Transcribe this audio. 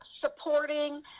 supporting